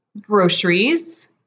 groceries